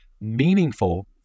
meaningful